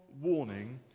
warning